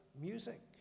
music